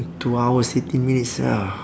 two hours eighteen minutes ya